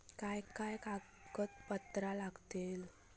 काय काय कागदपत्रा लागतील?